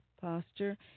posture